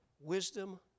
wisdom